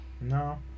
No